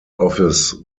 office